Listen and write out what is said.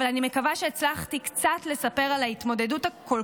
אבל אני מקווה שהצלחתי קצת לספר על ההתמודדות הכל